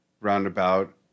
Roundabout